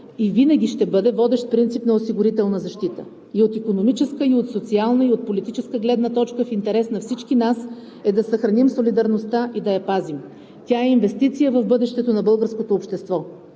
и винаги ще бъде водещ принцип на осигурителна защита – и от икономическа, и от социална, и от политическа гледна точка. В интерес на всички нас е да съхраним солидарността и да я пазим. Тя е инвестиция в бъдещето на българското общество.